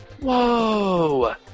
Whoa